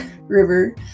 River